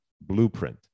blueprint